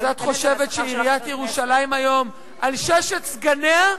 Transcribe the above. אז את חושבת שעיריית ירושלים היום, על ששת סגניה,